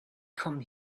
come